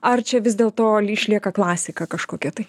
ar čia vis dėl to išlieka klasika kažkokia tai